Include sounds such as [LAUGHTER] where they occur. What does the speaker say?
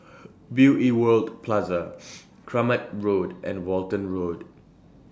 [NOISE] Beauty World Plaza [NOISE] Kramat Road and Walton Road